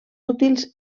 útils